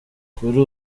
kuri